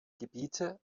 gebiete